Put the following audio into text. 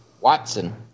Watson